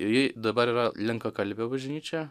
ir ji dabar yra lenkakalbė bažnyčia